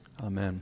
Amen